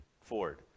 Ford